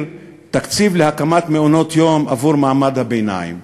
תקציב להקמת מעונות-יום עבור מעמד הביניים.